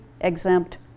exempt